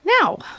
Now